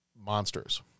monsters